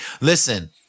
Listen